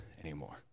anymore